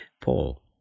Paul